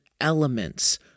elements